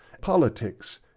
politics